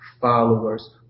followers